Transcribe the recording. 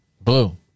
Blue